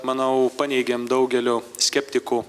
manau paneigėme daugelio skeptikų